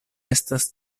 estas